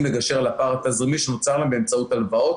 לגשר על הפער התזרימי שנוצר להם באמצעות הלוואות.